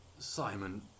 Simon